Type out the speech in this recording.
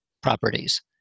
properties